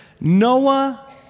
Noah